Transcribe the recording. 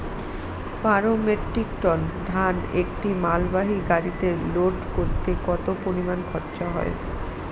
বারো metric ton ধান একটি মালবাহী গাড়িতে লোড করতে কতো পরিমাণ খরচা হয়?